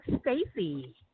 Stacy